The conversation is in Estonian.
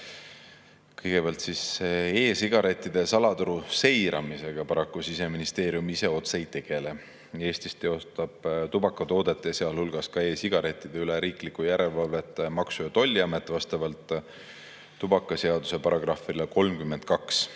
Kõigepealt, e‑sigarettide salaturu seiramisega paraku Siseministeerium ise otse ei tegele. Eestis teostab tubakatoodete, sealhulgas e‑sigarettide üle riiklikku järelevalvet Maksu‑ ja Tolliamet vastavalt tubakaseaduse §‑le 32.